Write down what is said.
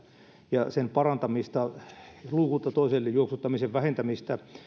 ja sen parantamista luukulta toiselle juoksuttamisen vähentämistä